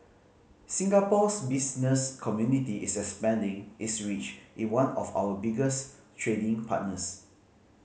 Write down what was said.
Singapore's business community is expanding its reach in one of our biggest trading partners